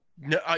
no